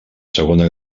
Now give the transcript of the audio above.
segona